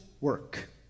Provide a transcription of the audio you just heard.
work